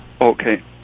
Okay